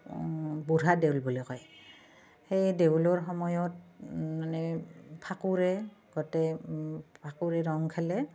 বুঢ়া দেউল বুলি কয় সেই দেউলৰ সময়ত মানে ফাকুৰে গোটেই ফাকুৰে ৰং খেলে